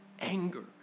anger